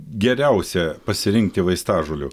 geriausia pasirinkti vaistažolių